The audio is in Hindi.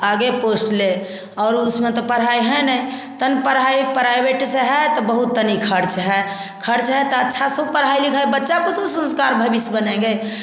आगे पोस्ट ले और उसमें तो पढ़ाई है नै तन पढ़ाई प्राइवेट से है तो बहुत तनी खर्च है खर्च है तो अच्छा से पढ़ाई लिखाई बच्चा तब तो कुछ संस्कार भविष्य बनेंगे